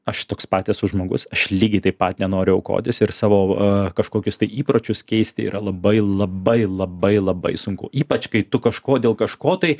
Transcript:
aš toks pat esu žmogus aš lygiai taip pat nenoriu aukotis ir savo kažkokius tai įpročius keisti yra labai labai labai labai sunku ypač kai tu kažko dėl kažko tai